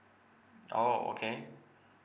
oh okay